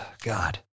God